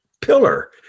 pillar